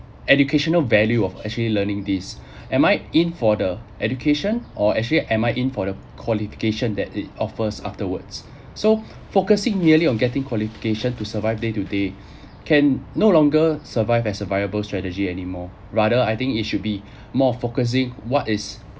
educational value of actually learning this am I in for the education or actually am I in for the qualification that it offers afterwards so focusing nearly on getting qualification to survive day today can no longer survive as a viable strategy anymore rather I think it should be more focusing what is